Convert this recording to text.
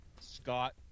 Scott